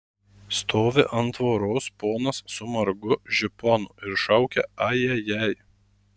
stovi ant tvoros ponas su margu žiponu ir šaukia ajajai